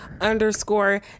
underscore